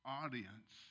audience